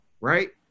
right